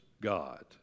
God